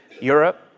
Europe